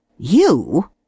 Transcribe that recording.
You